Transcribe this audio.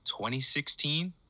2016